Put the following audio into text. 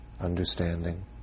understanding